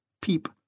Peep